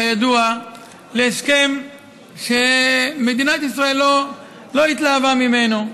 כידוע, להסכם שמדינת ישראל לא התלהבה ממנו.